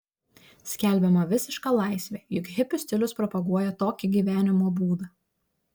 skelbiama visiška laisvė juk hipių stilius propaguoja tokį gyvenimo būdą